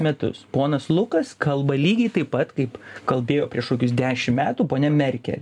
metus ponas lukas kalba lygiai taip pat kaip kalbėjo prieš kokius dešim metų ponia merkel